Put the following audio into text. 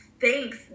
thanks